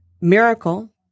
miracle